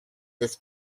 this